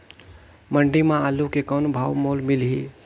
मंडी म आलू के कौन भाव मोल मिलही?